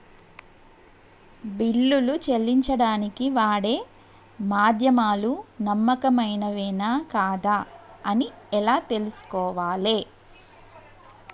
బిల్లులు చెల్లించడానికి వాడే మాధ్యమాలు నమ్మకమైనవేనా కాదా అని ఎలా తెలుసుకోవాలే?